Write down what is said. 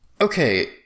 Okay